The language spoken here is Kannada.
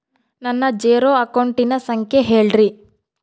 ನನ್ನ ಜೇರೊ ಅಕೌಂಟಿನ ಸಂಖ್ಯೆ ಹೇಳ್ರಿ?